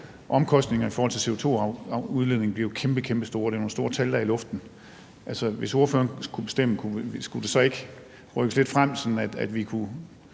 omkostninger i forhold til CO2-udledning bliver jo kæmpe, kæmpe store – det er nogle store tal, der er i luften. Altså, hvis ordføreren kunne bestemme, skulle det så ikke rykkes lidt frem, sådan